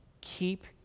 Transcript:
keep